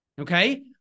Okay